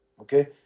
okay